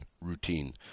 routine